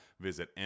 visit